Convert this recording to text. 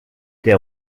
der